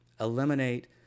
eliminate